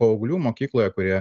paauglių mokykloje kurie